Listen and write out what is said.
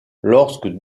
lorsque